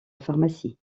pharmacie